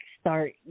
start